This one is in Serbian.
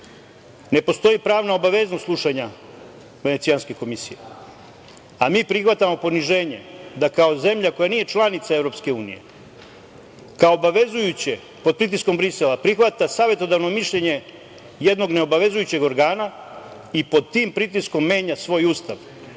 Ne postoji pravna obaveznost slušanja Venecijanske komisije, a mi prihvatamo poniženje da kao zemlja koja nije članica EU kao obavezujuće pod pritiskom Brisela prihvata savetodavno mišljenje jednog neobavezujućeg organa i pod tim pritiskom menja svoj Ustav,